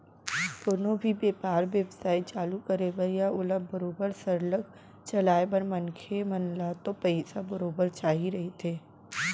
कोनो भी बेपार बेवसाय चालू करे बर या ओला बरोबर सरलग चलाय बर मनखे मन ल तो पइसा बरोबर चाही रहिथे